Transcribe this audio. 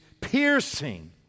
piercing